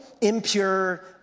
impure